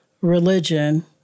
religion